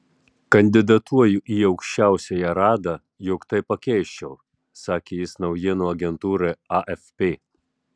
kandidatuoju į aukščiausiąją radą jog tai pakeisčiau sakė jis naujienų agentūrai afp